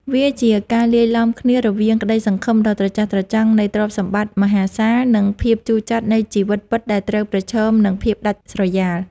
វាជាការលាយឡំគ្នារវាងក្តីសង្ឃឹមដ៏ត្រចះត្រចង់នៃទ្រព្យសម្បត្តិមហាសាល និងភាពជូរចត់នៃជីវិតពិតដែលត្រូវប្រឈមនឹងភាពដាច់ស្រយាល។